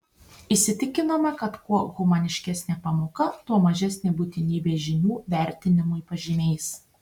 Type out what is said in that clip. įsitikinome kad kuo humaniškesnė pamoka tuo mažesnė būtinybė žinių vertinimui pažymiais